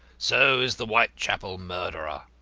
so is the whitechapel murderer.